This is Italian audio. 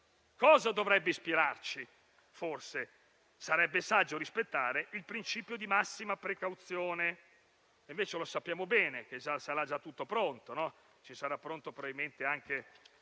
cosa dovrebbe ispirarci? Forse sarebbe saggio rispettare il principio di massima precauzione, e invece sappiamo bene che sarà già tutto pronto e stabilito; sarà pronto probabilmente anche